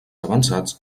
avançats